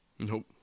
Nope